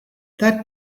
that